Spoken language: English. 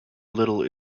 little